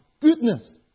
goodness